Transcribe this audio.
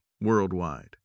worldwide